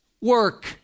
work